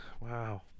wow